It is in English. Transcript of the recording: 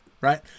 right